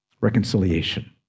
reconciliation